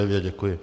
Děkuji.